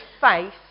faith